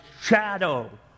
shadow